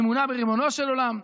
אמונה בריבונו של עולם,